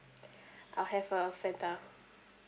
I'll have a fanta